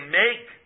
make